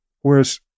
Whereas